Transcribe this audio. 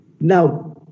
now